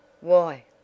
Why